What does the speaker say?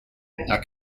are